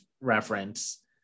reference